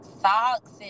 socks